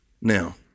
Now